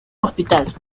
hospital